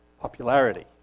Popularity